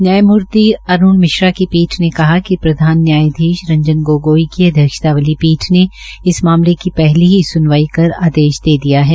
न्यायामूर्ति अरूण मिश्रा की पीठ ने कहा है कि प्रधान न्यायधीश रंजन गोगोई की अध्यक्षता वाली पीठ ने इस मामले की पहली ही स्नवाई कर आदेश दे दिया है